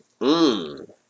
Mmm